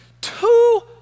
Two